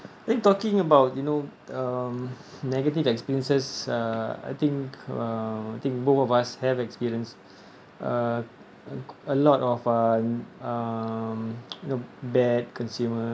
I think talking about you know um negative experiences uh I think uh I think both of us have experience uh a lot of uh um you know bad consum~